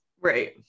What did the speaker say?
Right